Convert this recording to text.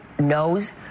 knows